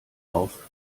auf